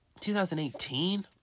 2018